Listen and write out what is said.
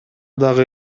дагы